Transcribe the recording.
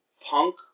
Punk